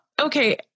okay